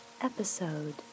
Episode